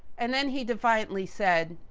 and then, he defiantly said,